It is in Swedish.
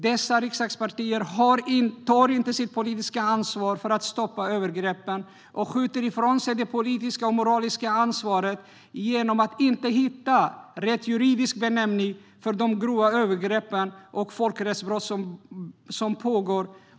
Dessa riksdagspartier tar inte sitt politiska ansvar för att stoppa övergreppen utan skjuter ifrån sig det politiska och moraliska ansvaret genom att inte hitta rätt juridisk benämning för de grova övergrepp och folkrättsbrott som pågår.